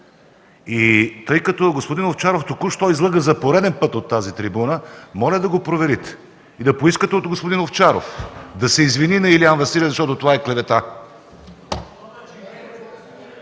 И тъй като господин Овчаров току-що излъга за пореден път от тази трибуна, моля да го проверите и да поискате от господин Овчаров да се извини на Илиян Василев, защото това е клевета.